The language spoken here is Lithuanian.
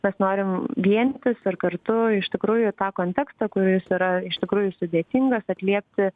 mes norim vienytis ir kartu iš tikrųjų tą kontekstą kuris yra iš tikrųjų sudėtingas atliepti